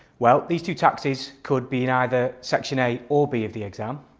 well these two taxes could be in either section a or b of the exam.